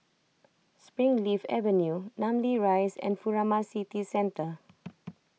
Springleaf Avenue Namly Rise and Furama City Centre